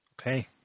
okay